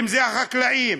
אם החקלאים,